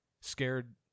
scared